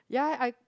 ya I